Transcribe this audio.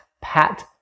Pat